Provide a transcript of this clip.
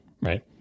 right